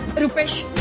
rupesh,